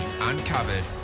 Uncovered